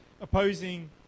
opposing